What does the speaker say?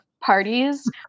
parties